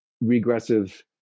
regressive